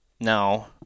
Now